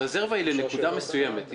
הרזרבה היא לנקודה מסוימת,